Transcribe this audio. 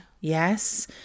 Yes